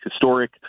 historic